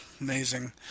amazing